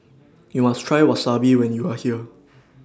YOU must Try Wasabi when YOU Are here